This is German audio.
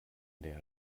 der